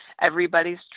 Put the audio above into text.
everybody's